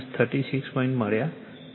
87o મળ્યા છે